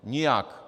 Nijak.